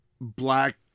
black